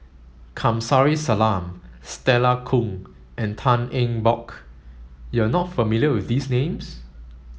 Kamsari Salam Stella Kon and Tan Eng Bock you are not familiar with these names